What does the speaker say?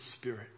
Spirit